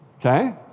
Okay